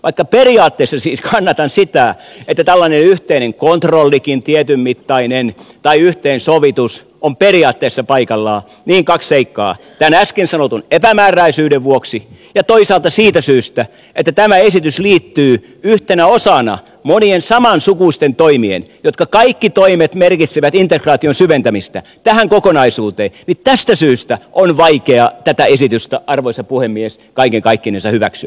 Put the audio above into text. vaikka periaatteessa siis kannatan sitä että tällainen yhteinen tietyn mittainen kontrollikin tai yhteensovitus on periaatteessa paikallaan niin kahden seikan vuoksi tämän äsken sanotun epämääräisyyden vuoksi ja toisaalta siitä syystä että tämä esitys liittyy yhtenä osana moniin samansukuisiin toimiin jotka kaikki merkitsevät integraation syventämistä tähän kokonaisuuteen on vaikea tätä esitystä arvoisa puhemies kaiken kaikkinensa hyväksyä